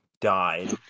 died